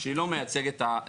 שהאמירה על הזנחה לא מייצגת.